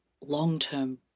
long-term